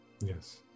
Yes